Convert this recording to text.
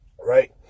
right